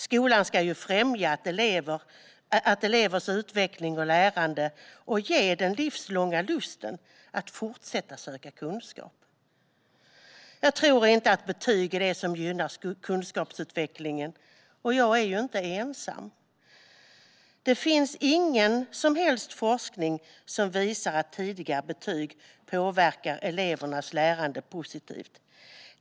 Skolan ska ju främja elevers utveckling och lärande och ge den livslånga lusten att fortsätta söka kunskap. Jag tror inte att betyg är det som gynnar kunskapsutvecklingen, och jag är inte ensam. Det finns ingen som helst forskning som visar att tidigare betyg påverkar elevernas lärande positivt.